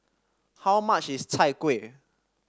how much is Chai Kueh